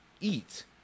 Eat